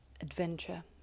adventure